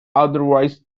otherwise